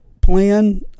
plan